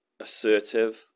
assertive